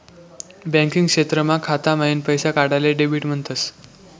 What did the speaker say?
banking क्षेत्रमा खाता माईन पैसा काढाले डेबिट म्हणतस